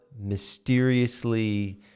mysteriously